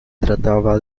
trataba